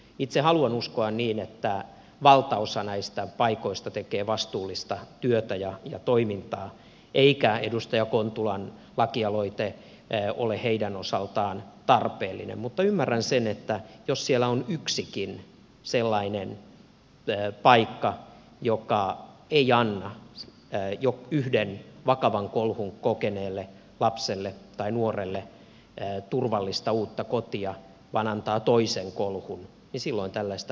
itse haluan uskoa niin että valtaosa näistä paikoista tekee vastuullista työtä ja toimintaa eikä edustaja kontulan lakialoite ole heidän osaltaan tarpeellinen mutta ymmärrän sen että jos siellä on yksikin sellainen paikka joka ei anna jo yhden vakavan kolhun kokeneelle lapselle tai nuorelle turvallista uutta kotia vaan antaa toisen kolhun silloin tällaista valvontaa tarvitaan